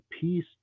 peace